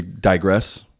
Digress